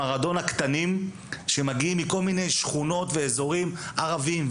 "מארדונה" קטנים שמגיעים מכל מיני שכונות ואזורים ערבים,